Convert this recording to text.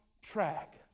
Track